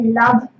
love